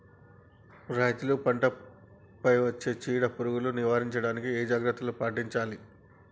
రైతులు పంట పై వచ్చే చీడ పురుగులు నివారించడానికి ఏ జాగ్రత్తలు పాటించాలి?